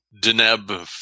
Deneb